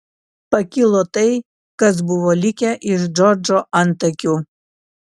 pakilo tai kas buvo likę iš džordžo antakių